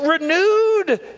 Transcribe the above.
renewed